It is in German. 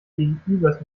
gegenübers